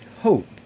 hope